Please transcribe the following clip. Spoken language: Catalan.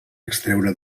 extreure